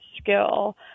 skill